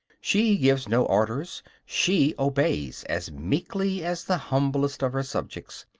she gives no orders she obeys, as meekly as the humblest of her subjects,